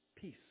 peace